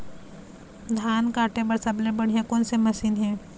धान काटे बर सबले बढ़िया कोन से मशीन हे?